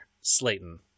Slayton